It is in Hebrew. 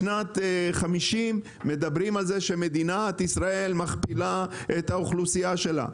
בשנת 2050 מדברים על זה שמדינת ישראל מכפילה את האוכלוסייה שלה.